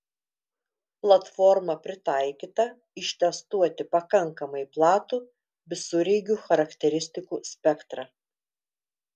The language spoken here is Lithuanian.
platforma pritaikyta ištestuoti pakankamai platų visureigių charakteristikų spektrą